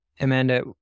Amanda